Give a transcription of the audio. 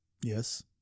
Yes